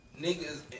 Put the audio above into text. niggas